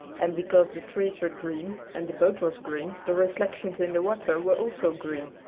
and because the trees were green and the boat was green, the reflections in the water were also green,